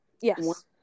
yes